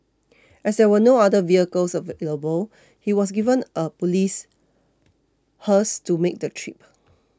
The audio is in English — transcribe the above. as there were no other vehicles available he was given a police hearse to make the trip